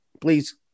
Please